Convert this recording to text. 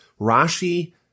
Rashi